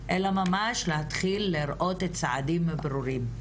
אלא ממש להתחיל לראות צעדים ברורים.